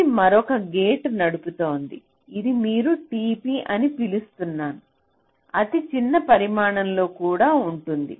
ఇది మరొక గేటును నడుపుతోంది ఇది మీరు tp అని పిలుస్తున్న అతిచిన్న పరిమాణంలో కూడా ఉంటుంది